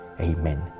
Amen